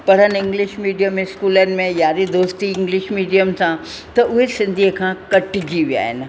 पढ़नि English medium में स्कूलनि में यारी दोस्ती इंग्लीश मीडियम सां त उहे सिंधीअ खां कटिजी विया आहिनि